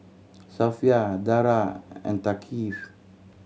Safiya Dara and Thaqif